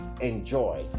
enjoy